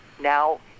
now